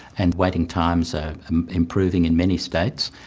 and waiting times are improving in many states.